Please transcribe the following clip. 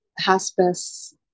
hospice